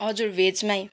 हजुर भेजमै